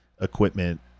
equipment